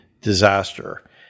disaster